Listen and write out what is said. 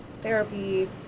therapy